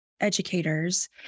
educators